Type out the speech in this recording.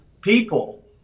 people